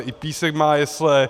I Písek má jesle.